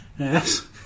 Yes